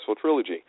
trilogy